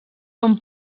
són